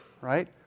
right